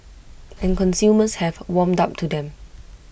and consumers have warmed up to them